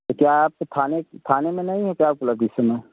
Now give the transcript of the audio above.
क्या आपके थाने के थाने में नहीं है क्या उपलब्ध इस समय